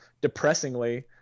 depressingly